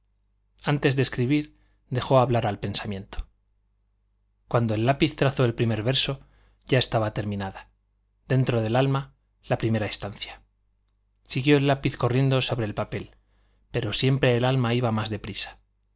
antes de escribir dejó hablar al pensamiento cuando el lápiz trazó el primer verso ya estaba terminada dentro del alma la primera estancia siguió el lápiz corriendo sobre el papel pero siempre el alma iba más deprisa